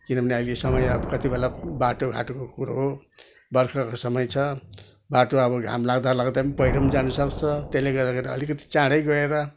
किनभने अहिले समय अब कति बेला अब बाटोघाटोको कुरा हो बर्खाको समय छ बाटो अब घाम लाग्दालाग्दै पनि पहिरो पनि जानुसक्छ त्यसले गर्दाखेरि अलिकति चाँडै गएर